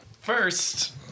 First